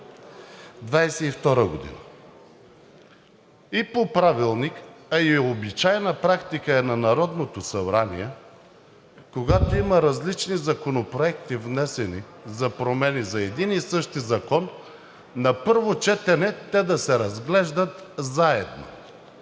2022 г. и по Правилника, а и е обичайна практика на Народното събрание, когато има различни законопроекти, внесени за промени за един и същ закон на първо четене, те да се разглеждат заедно.